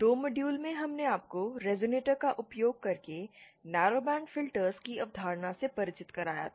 2 module में हमने आपको रेज़ोनेटर का उपयोग करके नैरोबैंड फिल्टर की अवधारणा से परिचित कराया था